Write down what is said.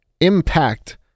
impact